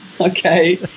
Okay